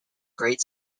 great